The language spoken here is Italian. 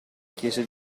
chiese